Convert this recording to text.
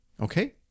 okay